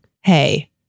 hey